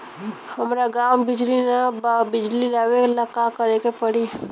हमरा गॉव बिजली न बा बिजली लाबे ला का करे के पड़ी?